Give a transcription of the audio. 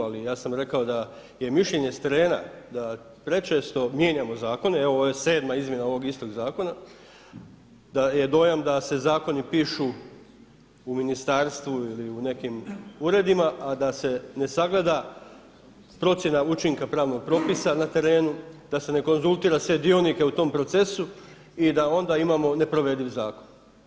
Ali ja sam rekao da je mišljenje s terena da prečesto mijenjamo zakone, evo ovo je 7. izmjena ovog istog zakona, da je dojam da se zakoni pišu u ministarstvu ili u nekim uredima a da se ne sagleda procjena učinka pravnog propisa na terenu, da se ne konzultira sve dionike u tom procesu i da onda imamo neprovediv zakon.